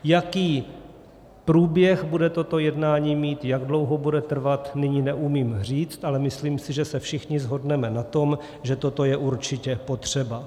Jaký průběh bude toto jednání mít, jak dlouho bude trvat, nyní neumím říct, ale myslím si, že se všichni shodneme na tom, že toto je určitě potřeba.